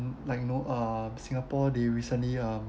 like you know uh singapore they recently um